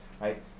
right